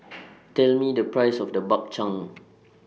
Tell Me The Price of The Bak Chang